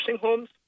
homes